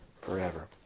forever